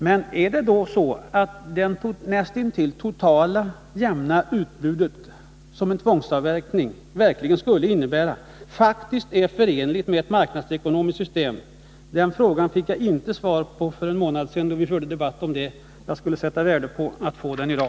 Men är alltså det näst intill totala, jämna utbudet, som en tvångsavverkning skulle innebära, faktiskt förenligt med ett marknadsekonomiskt system? Den frågan fick jag inte svar på för en månad sedan, när vi förde en debatt om detta. Jag skulle sätta värde på att få ett svar i dag.